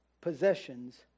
possessions